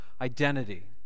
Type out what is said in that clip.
identity